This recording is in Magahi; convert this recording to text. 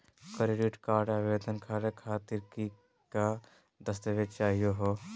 क्रेडिट कार्ड आवेदन करे खातीर कि क दस्तावेज चाहीयो हो?